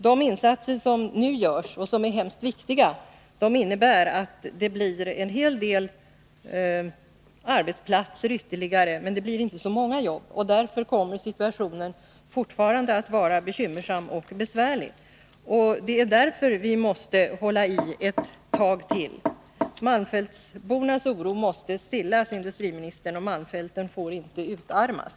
De insatser som nu görs, och som är mycket viktiga, innebär att det blir en hel del arbetsplatser ytterligare, men det blir inte så många jobb. Därför kommer situationen fortfarande att vara bekymmersam och besvärlig. Det är därför vi måste hålla i ett tag till. Malmfältsbornas oro måste stillas, herr industriminister. Malmfälten får inte utarmas.